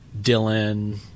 Dylan